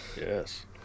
yes